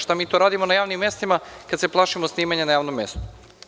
Šta mi to radimo na javnim mestima, kad se plašimo snimanja na javnom mestu?